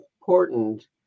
important